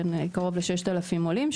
לקרוב ל-6,000 עולים.